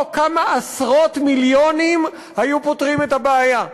פה כמה עשרות מיליונים היו פותרים את הבעיה.